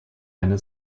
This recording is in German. eine